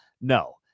no